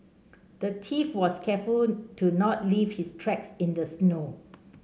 the was careful to not leave his tracks in the snow